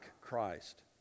Christ